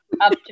up